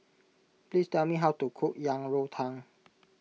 please tell me how to cook Yang Rou Tang